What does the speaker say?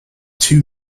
two